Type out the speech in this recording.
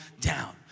down